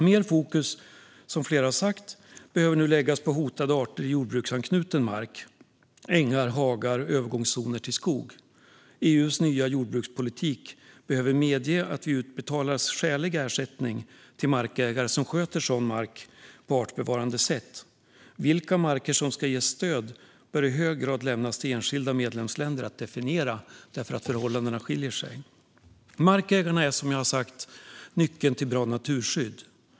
Mer fokus, som flera har sagt, behöver nu läggas på hotade arter i jordbruksanknuten mark, ängar, hagar och övergångszoner till skog. EU:s nya jordbrukspolitik behöver medge att det utbetalas skälig ersättning till markägare som sköter sådan mark på artbevarande sätt. Vilka marker som ska ges stöd bör i hög grad lämnas till enskilda medlemsländer att definiera därför att förhållandena skiljer sig åt. Markägarna är, som jag har sagt, nyckeln till bra naturskydd.